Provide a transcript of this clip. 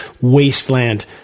wasteland